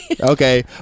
Okay